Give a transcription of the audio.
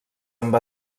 amb